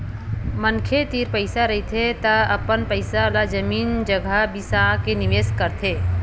मनखे तीर पइसा रहिथे त अपन पइसा ल जमीन जघा बिसा के निवेस करथे